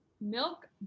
milk